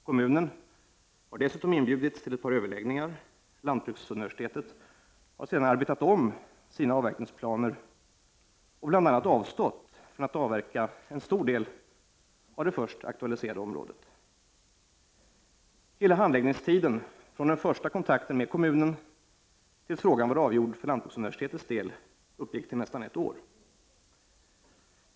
Kommunen har dessutom inbjudits till ett par överläggningar. Lantbruksuniversitetet har sedan arbetat om sina avverkningsplaner och bl.a. avstått från att avverka en stor del av det först aktualiserade området. Hela handläggningstiden från den första kontakten med kommunen tills frågan var avgjord för lantbruksuniversitetets del uppgick till nästan ett år.